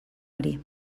ari